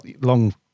long